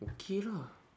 okay lah